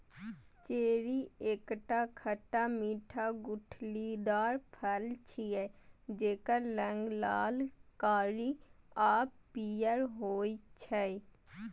cherry एकटा खट्टा मीठा गुठलीदार फल छियै, जेकर रंग लाल, कारी आ पीयर होइ छै